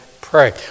pray